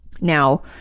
Now